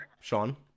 Sean